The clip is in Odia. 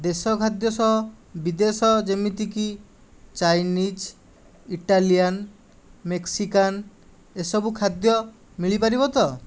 ଦେଶ ଖାଦ୍ୟ ସହ ବିଦେଶ ଯେମିତିକି ଚାଇନିଜ ଇଟାଲିଏନ ମେକ୍ସିକାନ ଏସବୁ ଖାଦ୍ୟ ମିଳିପାରିବ ତ